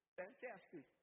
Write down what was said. fantastic